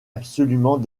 absolument